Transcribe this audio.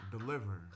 Deliver